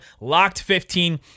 LOCKED15